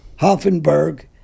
Hoffenberg